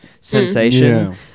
sensation